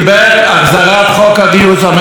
ועל זה אני קורא את דברי הנביא: